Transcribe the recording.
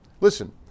listen